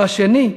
והשני,